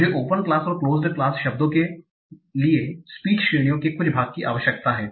मुझे open class और closed class शब्दों के लिए स्पीच श्रेणियां के कुछ भाग की आवश्यकता है